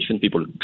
people